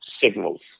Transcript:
signals